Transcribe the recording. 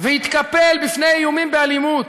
ויתקפל בפני איומים באלימות.